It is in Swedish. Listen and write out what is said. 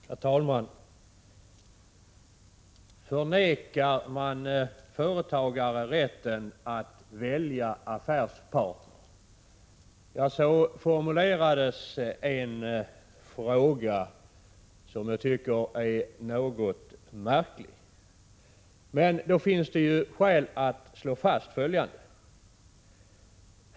Herr talman! Förvägrar man företagare rätten att välja affärspartner? Så formulerades en fråga som jag tycker är något märklig. Men då finns det ju skäl att slå fast följande.